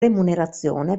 remunerazione